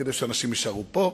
כדי שאנשים יישארו פה.